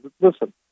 listen